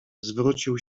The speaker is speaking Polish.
zwrócił